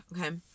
okay